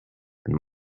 and